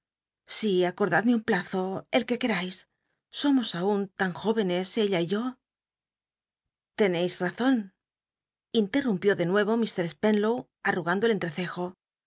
si acor dadme un plazo el que querais somos aun tan jóvenes ella y yo tencis razon interrumpió de nueyo mr spen low atrugando el entrecejo